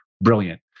brilliant